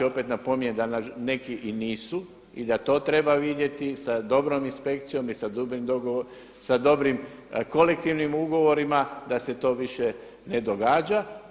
Opet napominjem da neki i nisu i da to treba vidjeti sa dobrom inspekcijom i sa dobrim kolektivnim ugovorima da se to više ne događa.